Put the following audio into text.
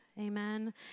amen